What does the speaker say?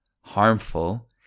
harmful